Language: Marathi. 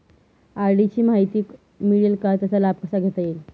आर.डी ची माहिती मिळेल का, त्याचा लाभ कसा घेता येईल?